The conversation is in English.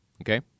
Okay